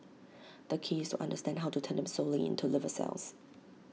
the key is understand how to turn them solely into liver cells